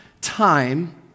time